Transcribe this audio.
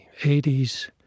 80s